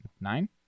nine